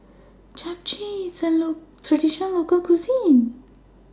Japchae IS A Traditional Local Cuisine